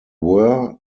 were